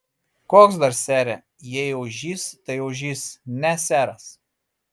koks dar sere jei ožys tai ožys ne seras